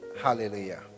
hallelujah